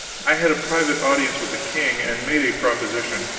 i had a private audience with the king, and made a proposition.